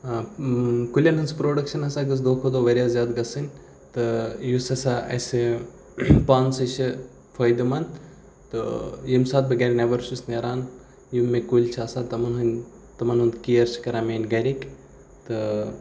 کُلٮ۪ن ہٕنٛز پرٛوٚڈَکشَن ہَسا گٔژھ دۄہ کھوٚت دۄہ واریاہ زیادٕ گَژھٕنۍ تہٕ یُس ہَسا اَسہِ پانسٕے چھِ فٲیدٕ مںٛد تہٕ ییٚمہِ ساتہٕ بہٕ گَرِ نٮ۪بر چھُس نیران یِم مےٚ کُلۍ چھِ آسان تَمَن ہٕںٛدۍ تِمَن ہُنٛد کیر چھِ کَران میٲنۍ گَرِکۍ تہٕ